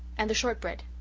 and the shortbread?